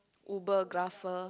Ubergrapher